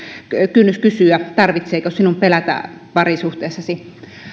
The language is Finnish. kynnys kysyä tarvitseeko sinun pelätä parisuhteessasi